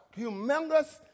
humongous